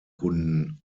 kunden